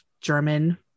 German